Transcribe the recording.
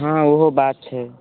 हँ ओहो बात छै